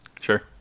Sure